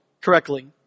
correctly